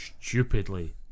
stupidly